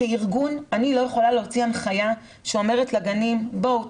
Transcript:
כארגון אני לא יכולה להוציא הנחיה שאומרת לגנים: בואו,